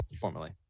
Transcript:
formally